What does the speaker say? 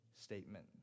statement